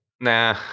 Nah